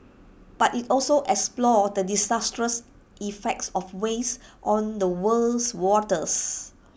but IT also explored the disastrous effects of waste on the world's waters